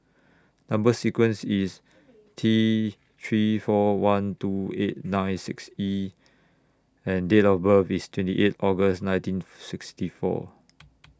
Number sequence IS T three four one two eight nine six E and Date of birth IS twenty eight August nineteen sixty four